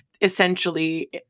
essentially